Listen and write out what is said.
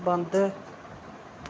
बंद